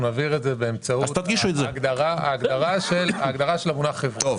נבהיר את זה באמצעות ההגדרה של המונח חברה.